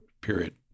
period